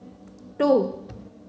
two